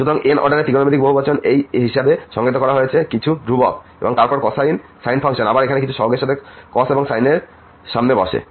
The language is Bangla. সুতরাং n অর্ডার এর ত্রিকোণমিতিক বহুবচন এই হিসাবে সংজ্ঞায়িত করা হয়েছে কিছু ধ্রুবক এবং তারপর কোসাইন এবং সাইন ফাংশন আবার এখানে কিছু সহগের সাথে cos এবং sin এর সামনে বসে